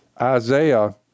Isaiah